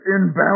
inbound